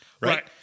Right